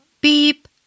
Beep